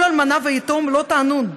"כל אלמנה ויתום לא תענון".